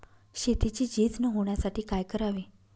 शेतीची झीज न होण्यासाठी काय करावे?